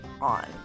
on